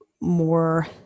more